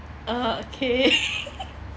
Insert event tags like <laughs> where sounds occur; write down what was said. uh okay <laughs>